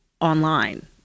online